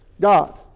God